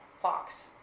Fox